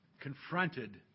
confronted